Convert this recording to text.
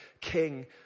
king